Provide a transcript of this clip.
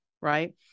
right